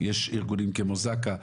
יש ארגונים כמו זק"א,